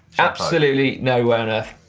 absolutely no way on earth.